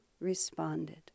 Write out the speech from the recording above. responded